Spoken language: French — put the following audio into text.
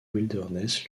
wilderness